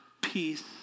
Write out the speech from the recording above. peace